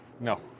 No